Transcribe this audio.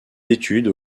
études